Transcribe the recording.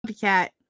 Cat